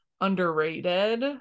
underrated